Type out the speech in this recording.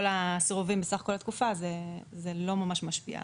הסירובים בסך כל התקופה זה לא ממש משפיע.